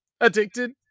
addicted